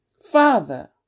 Father